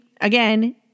again